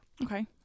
Okay